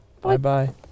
Bye-bye